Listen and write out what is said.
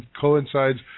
coincides